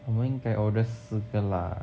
我们应该 order 四个辣